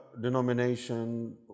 denomination